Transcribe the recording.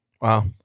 Wow